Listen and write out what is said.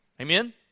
Amen